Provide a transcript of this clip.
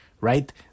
right